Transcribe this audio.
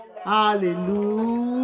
Hallelujah